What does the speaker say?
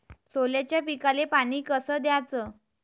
सोल्याच्या पिकाले पानी कस द्याचं?